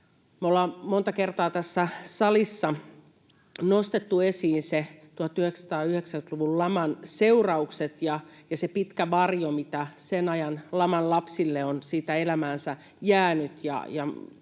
ollaan monta kertaa tässä salissa nostettu esiin 1990-luvun laman seuraukset ja se pitkä varjo, mitä sen ajan laman lapsille on siitä elämäänsä jäänyt.